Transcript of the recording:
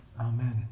Amen